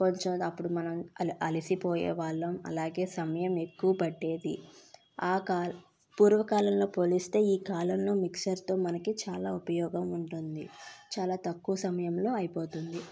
కొంచం అప్పుడు మనం అలిసిపోయేవాళ్ళం అలాగే సమయం ఎక్కువ పట్టేది ఆ కాల పూర్వకాలంతో పోలిస్తే ఈ కాలంలో మిక్సర్తో మనకి చాలా ఉపయోగం ఉంటుంది చాలా తక్కువ సమయంలో అయిపోతుంది